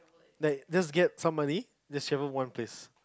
like just get somebody just travel one place